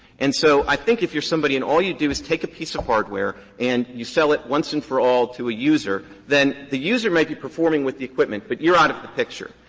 and so i think if you're somebody and all you do is take a piece of hardware and you sell it once and for all to a user, then the user may be performing with the equipment, but you're out of the picture.